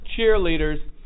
cheerleaders